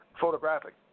photographic